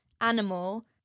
Animal